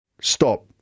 Stop